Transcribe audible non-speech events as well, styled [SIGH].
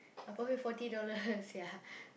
forty dollars [LAUGHS] ya